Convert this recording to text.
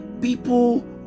People